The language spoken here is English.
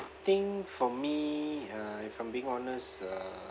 think for me uh if I'm being honest uh